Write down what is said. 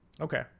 Okay